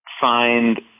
find